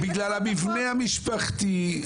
לא, בגלל המבנה המשפחתי.